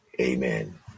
Amen